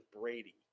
Brady